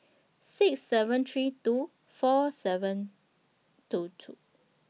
six seven three two four seven two two